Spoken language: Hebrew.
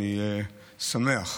אני שמח,